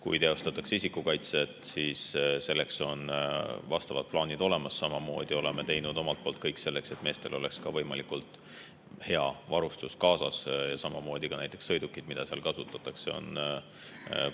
Kui teostatakse isikukaitset, siis selleks on vastavad plaanid olemas. Samamoodi oleme teinud omalt poolt kõik selleks, et meestel oleks võimalikult hea varustus kaasas. Näiteks sõidukid, mida seal kasutatakse, on